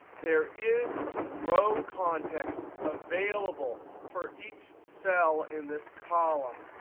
there is row context available for each cell in this column,